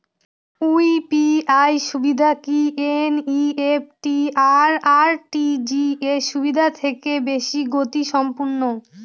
UPI সুবিধা কি NEFT আর আর.টি.জি.এস সুবিধা থেকে বেশি গতিসম্পন্ন?